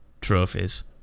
trophies